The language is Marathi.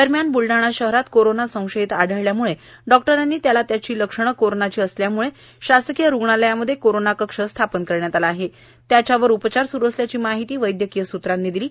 दरम्यान ब्लडाणा शहरात कोरोना संशयित आढळल्याम्ळे डॉक्टरांनी त्याला त्याची लक्षणे कोरोणाची असल्यामुळे त्यास शासकिय रुग्णालयामध्ये कोरोणा कक्ष स्थापन करण्यात आला आहे त्यामध्ये त्याच्यावर उपचार स्रू असल्याची माहिती वैद्यकीय सूत्रांनी दिली आहे